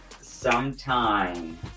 sometime